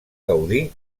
gaudí